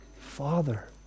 father